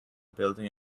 building